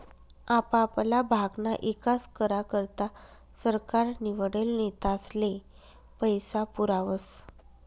आपापला भागना ईकास करा करता सरकार निवडेल नेतास्ले पैसा पुरावस